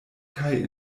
kaj